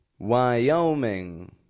Wyoming